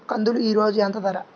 కందులు ఈరోజు ఎంత ధర?